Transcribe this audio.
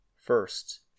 First